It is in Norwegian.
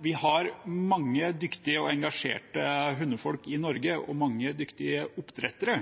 Vi har mange dyktige og engasjerte hundefolk i Norge og mange dyktige oppdrettere.